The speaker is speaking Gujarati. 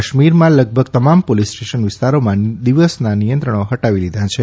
કાશ્મીરમાં લગભગ તમામ પોલીસ સ્ટેશન વિસ્તારોમાં દિવસના નિયંત્રણો હટાવી લીધાં છે